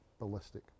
ballistic